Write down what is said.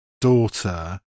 daughter